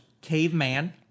Caveman